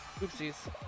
Oopsies